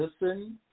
listen